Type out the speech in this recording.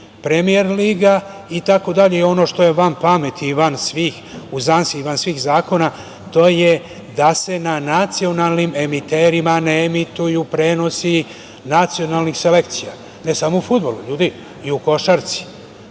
Premijer liga itd. Ono što je van pameti, i van svih zakona, to je da se na nacionalnim emiterima ne emituju prenosi nacionalnih selekcija, ne samo u fudbalu, ljudi, nego i u košarci,